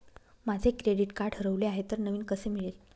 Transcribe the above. माझे credit card हरवले आहे तर नवीन कसे मिळेल?